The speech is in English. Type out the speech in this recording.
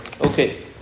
Okay